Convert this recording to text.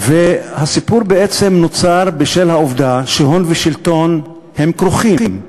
והסיפור בעצם נוצר בשל העובדה שהון ושלטון כרוכים,